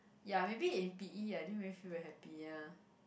ya maybe in P_E I didn't really feel very happy ya